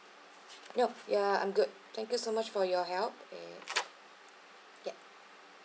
nop ya I'm good thank you so much for your help eh ya